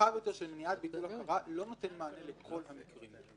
הרחב יותר של מניעת ביטול הכרה לא נותן מענה לכל המקרים.